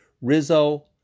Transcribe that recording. Rizzo